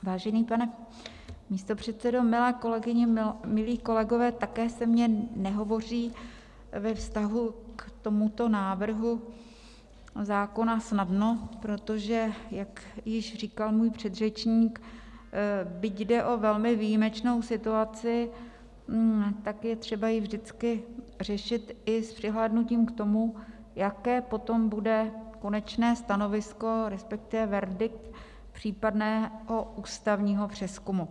Vážený pane místopředsedo, milé kolegyně, milí kolegové, také se mně nehovoří ve vztahu k tomuto návrhu zákona snadno, protože jak již říkal můj předřečník, byť jde o velmi výjimečnou situaci, tak je třeba ji vždycky řešit i s přihlédnutím k tomu, jaké potom bude konečné stanovisko, respektive verdikt případného ústavního přezkumu.